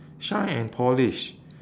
shine and polish